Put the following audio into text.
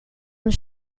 een